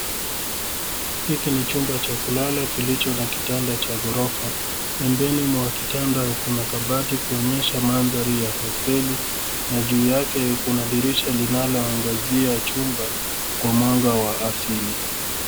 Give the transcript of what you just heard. Hiki ni chumba cha kulala kilicho na kitanda cha ghorofa. Pembeni mwa kitanda kuna kabati kuonyesha mandhari ya hoteli na juu yake kuna dirisha ambalo linaloangazia chumba kwa mwanga wa asili.